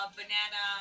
banana